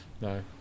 No